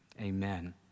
Amen